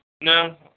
No